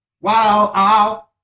wow